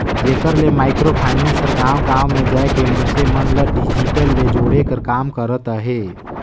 जेकर ले micro finance हर गाँव गाँव में जाए के मइनसे मन ल डिजिटल ले जोड़े कर काम करत अहे